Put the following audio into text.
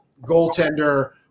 goaltender